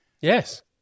Yes